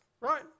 right